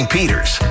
Peter's